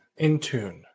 Intune